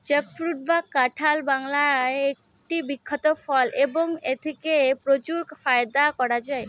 jackfruit বা কাঁঠাল বাংলার একটি বিখ্যাত ফল এবং এথেকে প্রচুর ফায়দা করা য়ায়